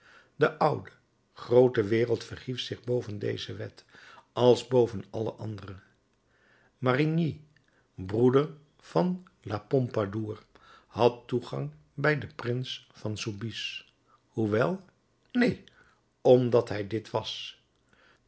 de oude groote wereld verhief zich boven deze wet als boven alle andere marigny broeder van la pompadour had toegang bij den prins van soubise hoewel neen omdat hij dit was